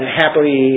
happily